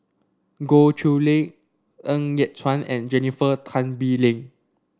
Goh Chiew Lye Ng Yat Chuan and Jennifer Tan Bee Leng